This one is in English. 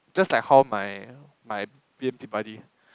just like how my b_m_t buddy